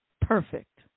Perfect